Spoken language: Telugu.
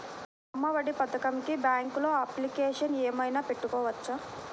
అమ్మ ఒడి పథకంకి బ్యాంకులో అప్లికేషన్ ఏమైనా పెట్టుకోవచ్చా?